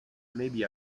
maybe